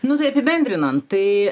nu tai apibendrinant tai